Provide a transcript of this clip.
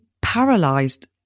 paralysed